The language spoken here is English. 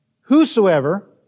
whosoever